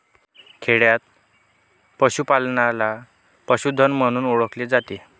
खेडयांत पशूपालनाला पशुधन म्हणून ओळखले जाते